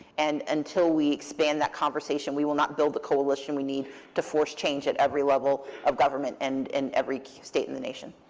and until we expand that conversation, we will not build the coalition we need to force change at every level of government and in every state in the nation.